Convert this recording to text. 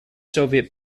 soviet